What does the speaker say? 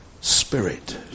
spirit